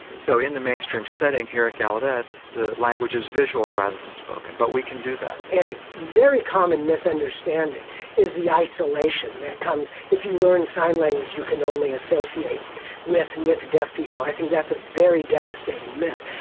so in the mainstream setting here at gallaudet the language is visual rather than spoken but we can do that. but and a very common misunderstanding is the isolation that comes if you learn sign language you can only associate with with deaf people, i think that's a very devastating myth.